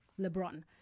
LeBron